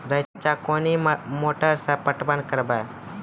रेचा कोनी मोटर सऽ पटवन करव?